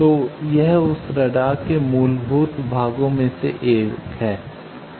तो यह उस रडार के मूलभूत भागों में से एक है